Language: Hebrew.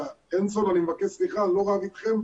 הנסון, אני מבקש סליחה, אני לא רב אתכם.